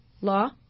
law